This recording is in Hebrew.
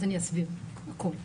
אז אני אסביר הכול.